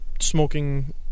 smoking